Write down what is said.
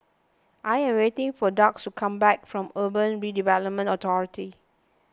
I am waiting for Dax to come back from Urban Redevelopment Authority